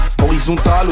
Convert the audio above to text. horizontal